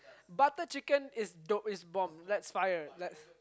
butter chicken is dope is bomb let's fire